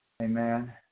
Amen